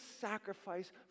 sacrifice